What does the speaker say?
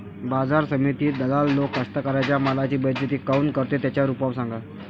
बाजार समितीत दलाल लोक कास्ताकाराच्या मालाची बेइज्जती काऊन करते? त्याच्यावर उपाव सांगा